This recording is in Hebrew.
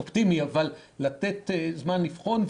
לתת זמן לבחון.